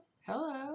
hello